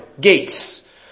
gates